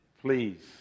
please